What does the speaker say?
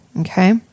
Okay